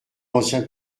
l’ancien